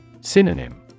Synonym